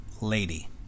lady